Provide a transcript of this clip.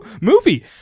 movie